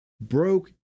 broke